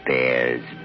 bears